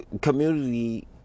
Community